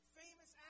famous